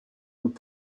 und